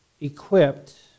equipped